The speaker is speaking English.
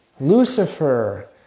Lucifer